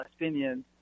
Palestinians